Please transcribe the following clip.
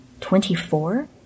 Twenty-four